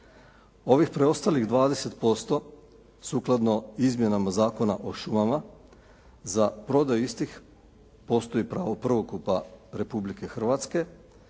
Ovim preostalih 20% sukladno izmjenama Zakona o šumama za prodaju istih postoji pravo prvokupa Republike Hrvatske